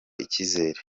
icyizere